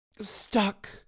stuck